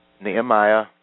Nehemiah